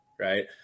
right